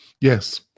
yes